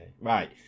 Right